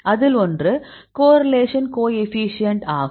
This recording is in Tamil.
அதில் ஒன்று கோரிலேஷன் கோஎஃபீஷியேன்ட் ஆகும்